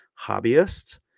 hobbyist